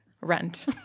rent